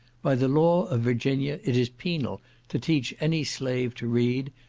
by the law of virginia it is penal to teach any slave to read,